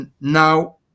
Now